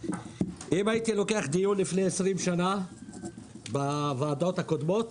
אם הייתי לוקח דיון לפני 20 שנה בוועדות הקודמות